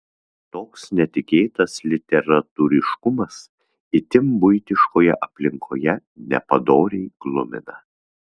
toks netikėtas literatūriškumas itin buitiškoje aplinkoje nepadoriai glumina